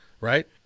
right